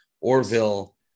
Orville